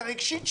הרגשית שלהם.